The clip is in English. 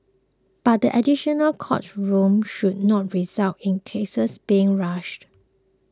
but the additional court rooms should not result in cases being rushed